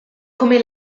come